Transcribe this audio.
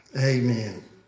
Amen